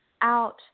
out